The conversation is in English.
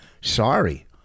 Sorry